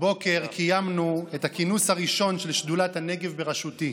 הבוקר קיימנו את הכינוס הראשון של שדולת הנגב בראשותי.